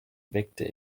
weckte